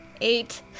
Eight